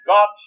God